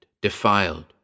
defiled